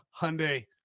Hyundai